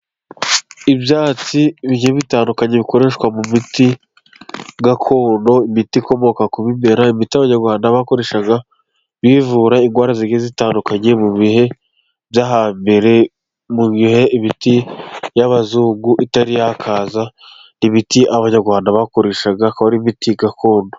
Ibyatsi bigiye bitandukanye bikoreshwa mu miti gakondo, imiti ikomoka ku bimera, imiti abanyarwanda bakoresha bivura indwara zigiye zitandukanye, mu bihe byo hambere mu gihe imiti y'abazungu itari yakaza, imiti abanyarwanda bakoreshaga ikaba ari imiti gakondo.